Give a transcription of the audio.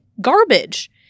garbage